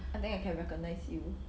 I think I can recognise you